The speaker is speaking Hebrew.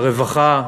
הרווחה,